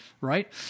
right